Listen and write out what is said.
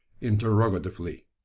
interrogatively